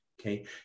Okay